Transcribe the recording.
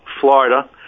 Florida